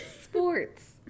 Sports